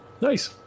nice